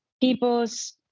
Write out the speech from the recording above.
people's